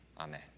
Amen